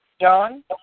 John